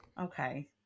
okay